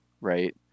right